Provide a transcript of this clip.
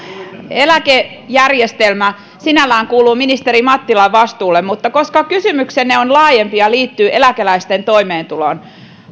eläkejärjestelmä sinällään kuuluu ministeri mattilan vastuulle mutta koska kysymyksenne on laajempi ja liittyy eläkeläisten toimeentuloon